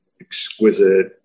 exquisite